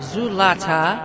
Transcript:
Zulata